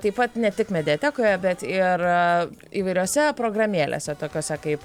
taip pat ne tik mediatekoje bet ir įvairiose programėlėse tokiose kaip